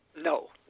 No